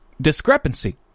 discrepancy